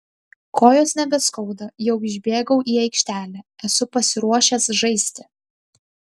kojos nebeskauda jau išbėgau į aikštelę esu pasiruošęs žaisti